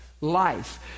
life